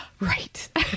right